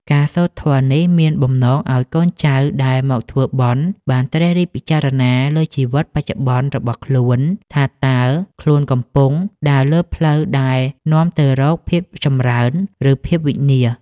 ការសូត្រធម៌នេះមានបំណងឱ្យកូនចៅដែលមកធ្វើបុណ្យ បានត្រិះរិះពិចារណាលើជីវិតបច្ចុប្បន្នរបស់ខ្លួន ថាតើខ្លួនកំពុងដើរលើផ្លូវដែលនាំទៅរកភាពចម្រើន ឬភាពវិនាស។